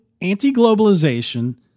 anti-globalization